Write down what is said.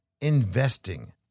investing